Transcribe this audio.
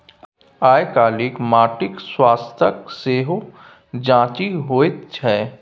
आयकाल्हि माटिक स्वास्थ्यक सेहो जांचि होइत छै